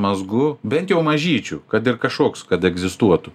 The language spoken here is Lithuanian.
mazgu bent jau mažyčiu kad ir kažkoks kad egzistuotų